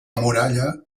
muralla